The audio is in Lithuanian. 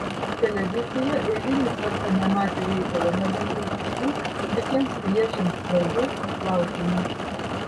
televizija eilinį kartą nematė reikalo nagrinėti šių visiems piliečiams svarbių klausimų